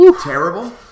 terrible